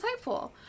insightful